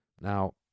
Now